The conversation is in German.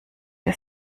der